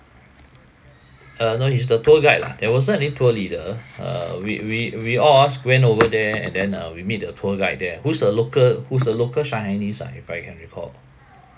uh no he's the tour guide lah there wasn't any tour leader uh we we we all of us went over there and then uh we meet the tour guide there who's a local who's a local shanghainese ah if I can recall